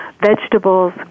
vegetables